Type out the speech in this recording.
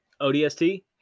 ODST